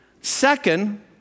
Second